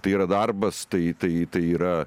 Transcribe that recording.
tai yra darbas tai tai tai yra